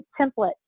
template